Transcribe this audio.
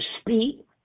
speak